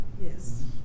yes